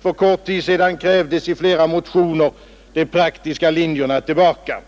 för kort tid sedan krävdes i flera motioner de praktiska linjerna tillbaka.